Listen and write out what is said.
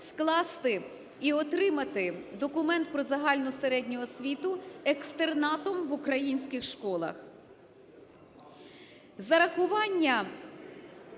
скласти і отримати документ про загальну середню освіту екстернатом в українських школах.